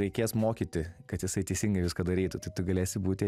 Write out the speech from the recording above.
reikės mokyti kad jisai teisingai viską darytų tai tu galėsi būti